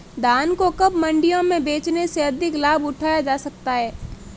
धान को कब मंडियों में बेचने से अधिक लाभ उठाया जा सकता है?